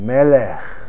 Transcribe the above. Melech